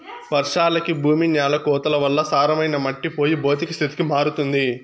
వర్షాలకి భూమి న్యాల కోతల వల్ల సారమైన మట్టి పోయి భౌతిక స్థితికి మారుతుంది